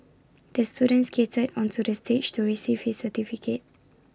the student skated onto the stage to receive his certificate